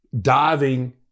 diving